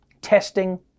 testing